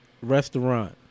restaurant